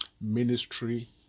ministry